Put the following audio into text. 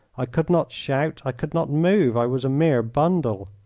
i could not shout, i could not move i was a mere bundle.